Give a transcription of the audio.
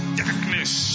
darkness